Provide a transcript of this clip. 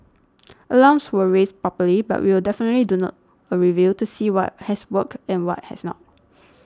alarms were raised properly but we will definitely do not a review to see what has worked and what has not